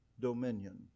dominion